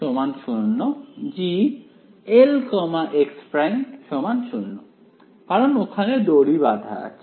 G0 x′ 0 Glx'0 কারণ ওখানে দড়ি বাঁধা আছে